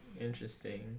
interesting